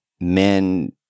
men